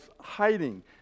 hiding